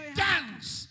dance